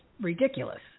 ridiculous